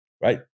Right